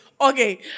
Okay